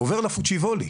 עובר לפוצ'יבולי,